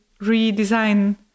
redesign